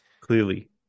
Clearly